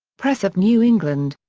press of new england.